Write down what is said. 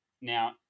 Now